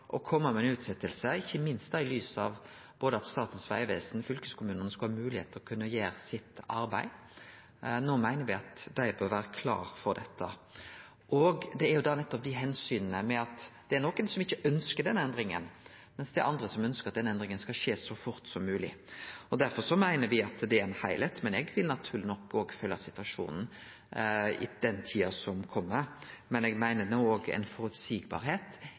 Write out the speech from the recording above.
fylkeskommunane skal ha moglegheit til å kunne gjere arbeidet sitt. No meiner me at dei bør vere klare for dette. Dette har jo nettopp å gjere med omsyn til at det er nokon som ikkje ønskjer denne endringa, mens andre ønskjer at denne endringa skal skje så fort som mogleg. Derfor meiner me at det er ei heilheit. Eg vil, naturleg nok, følgje situasjonen i tida som kjem, men eg meiner òg at ei føreseielegheit er riktig i eit omdiskutert spørsmål. Det